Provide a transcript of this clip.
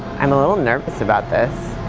i'm a little nervous about this.